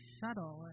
Shuttle